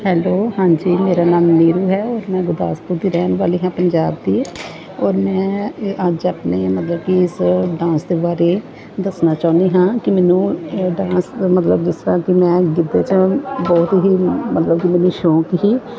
hello ਹਾਂਜੀ ਮੇਰਾ ਨਾਮ ਨੀਰੂ ਹੈ ਮੈਂ ਗੁਰਦਾਸਪੁਰ ਦੀ ਰਹਿਣ ਵਾਲੀ ਹਾਂ ਪੰਜਾਬ ਦੀ ਔਰ ਮੈਂ ਅੱਜ ਆਪਣੇ ਮਤਲਬ ਕਿ ਇਸ ਡਾਂਸ ਦੇ ਬਾਰੇ ਦੱਸਣਾ ਚਾਹੁੰਦੀ ਹਾਂ ਕਿ ਮੈਨੂੰ ਡਾਂਸ ਮਤਲਬ ਜਿਸ ਤਰ੍ਹਾਂ ਕਿ ਮੈਂ ਗਿੱਧੇ 'ਚ ਬਹੁਤ ਹੀ ਮਤਲਬ ਕਿ ਮੈਨੂੰ ਸ਼ੌਂਕ ਹੈ